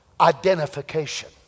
identification